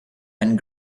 and